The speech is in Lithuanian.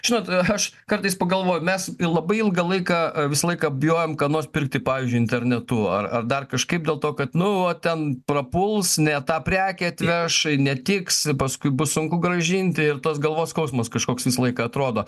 žinot aš kartais pagalvoju mes labai ilgą laiką visą laiką bijojom ką nors pirkti pavyzdžiui internetu ar ar dar kažkaip dėl to kad nu va ten prapuls ne tą prekę atveš netiks paskui bus sunku grąžinti ir tas galvos skausmas kažkoks visąlaiką atrodo